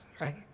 Right